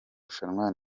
rushanwa